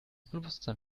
bewusstsein